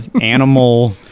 animal